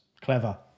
Clever